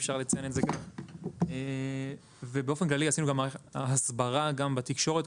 וגם עשינו הסברה בתקשורת.